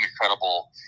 incredible